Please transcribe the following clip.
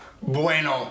bueno